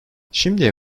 şimdiye